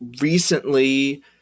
recently